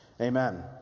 Amen